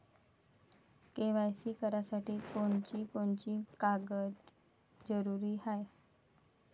KYC करासाठी कोनची कोनची कागद जरुरी हाय?